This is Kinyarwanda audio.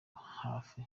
hafi